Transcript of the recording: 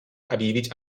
объявить